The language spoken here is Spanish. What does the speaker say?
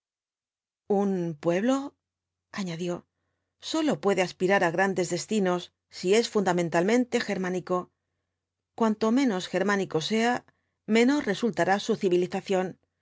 un pueblo añadió ói puede aspirar á grandes destinos si es fundamentalmente germánico cuanto menos germánico sea menor resultará su civilización